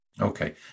Okay